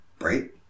Right